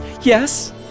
yes